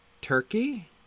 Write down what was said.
Turkey